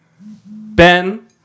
Ben